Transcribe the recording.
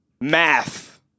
math